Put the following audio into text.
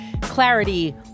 clarity